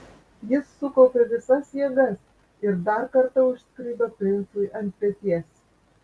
jis sukaupė visas jėgas ir dar kartą užskrido princui ant peties